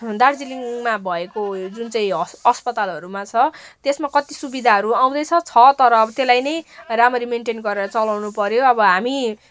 दार्जिलिङमा भएको जुन चाहिँ हस अस्पतालहरूमा छ त्यसमा कति सुविदाहरू आउँदैछ छ तर अब त्यसलाई नै रामरी मेनटेन गरेर चलाउनु पऱ्यो अब हामी